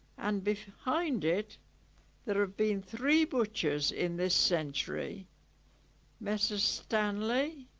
and behind it there have been three butchers in this century messrs. stanley,